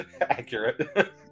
accurate